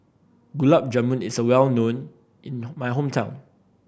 Gulab Jamun is well known in my hometown